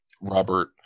Robert